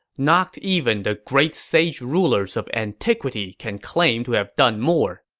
not even the great sage rulers of antiquity can claim to have done more.